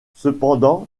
cependant